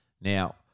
Now